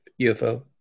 UFO